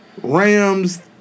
Rams